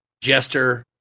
jester